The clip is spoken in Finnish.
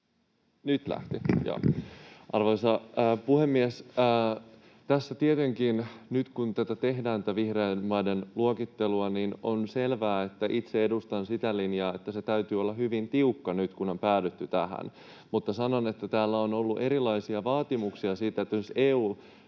Arvoisa puhemies! Tässä tietenkin nyt, kun tätä vihreiden maiden luokittelua tehdään, on selvää, että itse edustan sitä linjaa, että sen täytyy olla hyvin tiukka nyt, kun on päädytty tähän. Mutta sanon, että täällä on ollut erilaisia vaatimuksia siitä. Esimerkiksi EU